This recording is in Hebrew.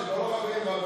שתדע.